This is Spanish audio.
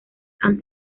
han